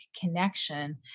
connection